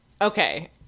Okay